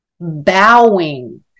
bowing